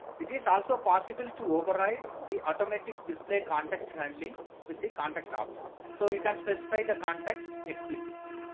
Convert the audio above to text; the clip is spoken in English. it is also possible to override the automatic display context handling with the context option. so you can specify the context explicitly,